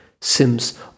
Sims